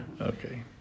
Okay